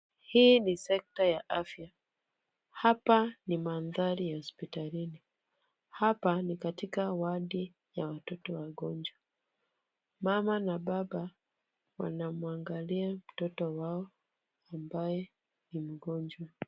Hii ni sekta ya afya. Hapa ni mandhari ya hospitalini. Hapa ni katika ward ya watoto wagonjwa. Mama na baba wanamwangalia mtoto wao ambaye ni mgonjwa.